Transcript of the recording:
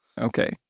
Okay